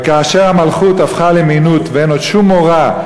וכאשר המלכות הפכה למינות ואין עוד שום מורא,